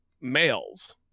males